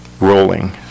Rolling